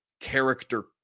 character